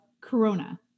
Corona